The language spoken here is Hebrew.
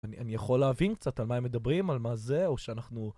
אני יכול להבין קצת על מה הם מדברים, על מה זה, או שאנחנו...